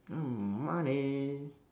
oh money